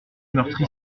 meurtri